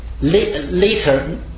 later